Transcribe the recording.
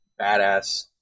badass